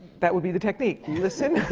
that would be the technique, listen!